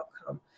outcome